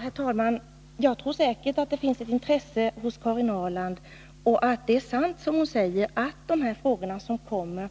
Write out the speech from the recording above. Herr talman! Jag tror säkert att det finns ett intresse hos Karin Ahrland, och jag tror att det är sant som hon säger, att dessa frågor som skall prövas av